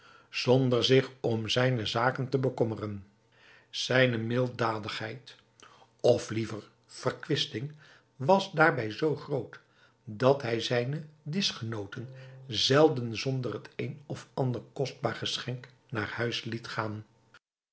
zonder zich om zijne zaken te bekommeren zijne milddadigheid of liever verkwisting was daarbij zoo groot dat hij zijne dischgenooten zelden zonder het een of ander kostbaar geschenk naar huis liet gaan